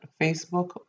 Facebook